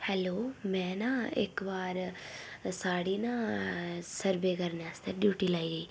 hello में न इक बार साढ़ी न सर्वे करने आस्तै ड्यूटी लाई गेई